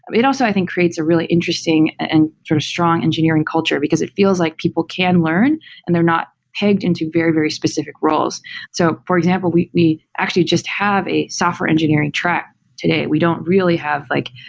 it also i think creates a really interesting and sort of strong engineering culture, because it feels like people can learn and they're not pegged into very, very specific roles so for example, we we actually just have a software engineering track today. we don't really have like,